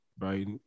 right